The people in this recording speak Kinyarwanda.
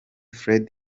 fred